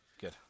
Good